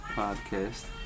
podcast